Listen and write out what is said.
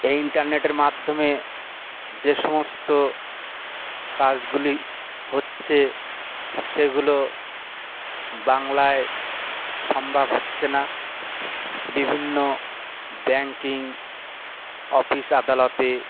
এই ইন্টারনেটের মাধ্যমে যে সমস্ত কাজগুলি হচ্ছে সেগুলো বাংলায় সম্ভব হচ্ছে না বিভিন্ন ব্যাঙ্কিং অফিস আদালতে